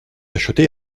acheté